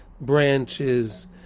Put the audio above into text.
branches